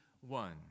one